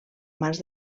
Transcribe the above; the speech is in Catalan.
mans